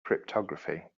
cryptography